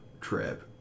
trip